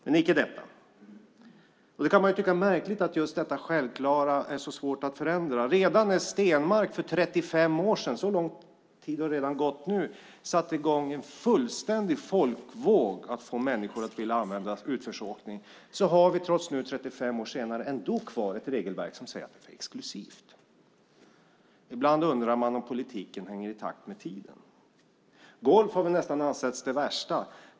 Men icke detta. Man kan tycka att det är märkligt att just detta självklara är så svårt att förändra. Trots att det är 35 år sedan - så lång tid har redan gått - som Stenmark satte i gång en fullständig folkvåg så att människor ville utöva utförsåkning har vi kvar ett regelverk som säger att det är exklusivt. Ibland undrar man om politiken går i takt med tiden. Golf har nästan ansetts som det värsta.